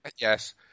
Yes